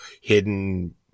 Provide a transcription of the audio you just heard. hidden